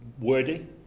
wordy